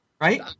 right